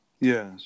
Yes